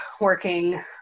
working